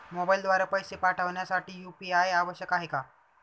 मोबाईलद्वारे पैसे पाठवण्यासाठी यू.पी.आय आवश्यक आहे का?